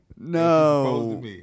No